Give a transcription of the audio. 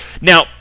Now